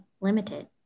limited